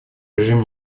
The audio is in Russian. режим